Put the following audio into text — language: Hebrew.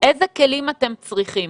איזה כלים אתם צריכים.